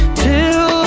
till